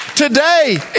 today